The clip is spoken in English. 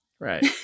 Right